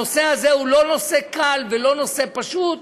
הנושא הזה הוא לא נושא קל ולא נושא פשוט,